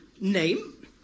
Name